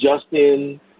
Justin